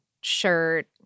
shirt